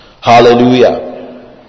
Hallelujah